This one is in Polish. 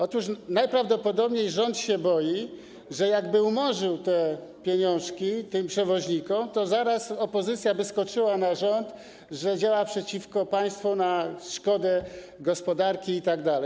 Otóż najprawdopodobniej rząd się boi, że jakby umorzył te pieniążki tym przewoźnikom, to zaraz opozycja skoczyłaby na rząd, że działa przeciwko państwu, na szkodę gospodarki itd.